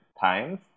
times